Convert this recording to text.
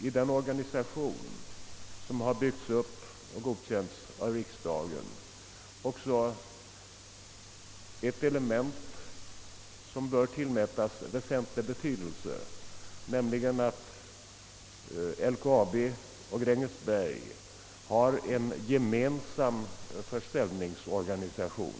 I den organisation, som har byggts upp och godkänts av riksdagen, finns också ett element som bör tillmätas väsentlig betydelse, nämligen att LKAB och Grängesberg har en gemensam försäljningsorganisation.